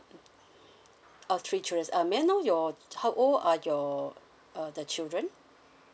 oh three children uh may I know your how old are your uh the children